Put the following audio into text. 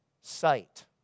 sight